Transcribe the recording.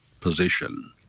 position